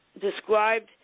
described